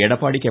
Edappadi K